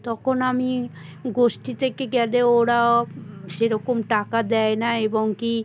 তখন আমি গোষ্ঠী থেকে গেলে ওরা সেরকম টাকা দেয় না এবং কী